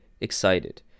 excited